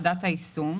מייצג.